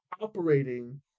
operating